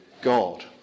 God